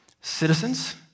Citizens